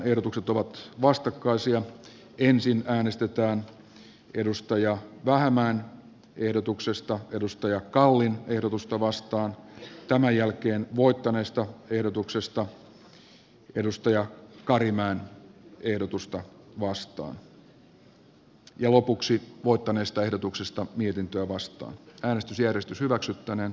ehdotukset ovat vastakkaisia joten ensin äänestetään ville vähämäen ehdotuksesta timo kallin ehdotusta vastaan sitten voittaneesta johanna karimäen ehdotusta vastaan ja lopuksi voittaneesta ehdotuksesta mietintöä vastaan äänestysjärjestys hyväksyttäneen